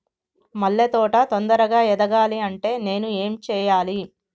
మల్లె తోట తొందరగా ఎదగాలి అంటే నేను ఏం చేయాలి?